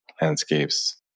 landscapes